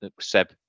Seb